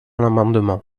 l’amendement